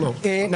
כתוב: "הממשלה".